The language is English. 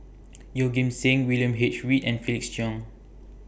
Yeoh Ghim Seng William H Read and Felix Cheong